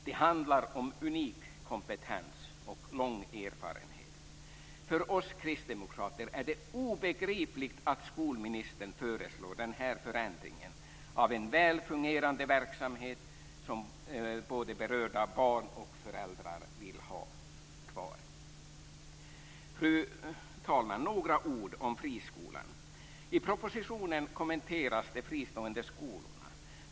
Det handlar om unik kompetens och lång erfarenhet. För oss kristdemokrater är det obegripligt att skolministern föreslår den här förändringen av en väl fungerande verksamhet som både berörda barn och föräldrar vill ha kvar. Fru talman! Några ord om friskolan. I propositionen kommenteras de fristående skolorna.